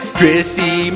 Chrissy